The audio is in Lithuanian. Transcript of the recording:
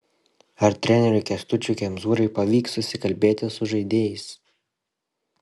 ar treneriui kęstučiui kemzūrai pavyks susikalbėti su žaidėjais